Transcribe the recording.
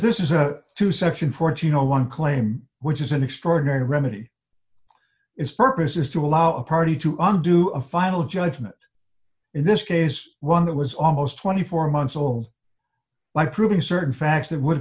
this is a two section fourteen a one claim which is an extraordinary remedy its purpose is to allow a party to undo a final judgment in this case one that was almost twenty four months old by proving certain facts that would